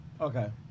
Okay